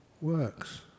works